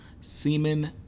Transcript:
Semen